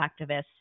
activists